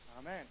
Amen